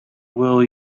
will